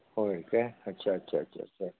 होय का अच्छा अच्छा अच्छा अच्छा